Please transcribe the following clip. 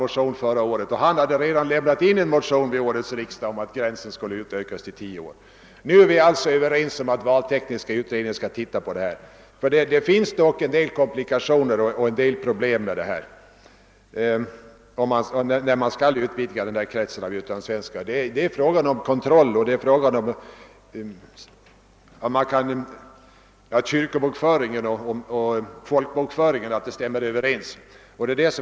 Han hade då redan själv lämnat in en motion om att gränsen skulle vidgas till tio år. Nu är vi alltså överens om att valtekniska utredningen skall undersöka frågan, eftersom en utvidgning av kret sen röstberättigade utlandssvenskar dock medför en del komplikationer — det är frågan om kontroll, om att kyrkobokföringen och folkbokföringen stämmer överens etc.